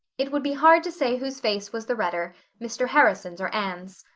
it would be hard to say whose face was the redder, mr. harrison's or anne's.